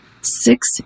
six